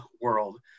world